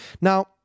Now